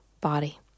body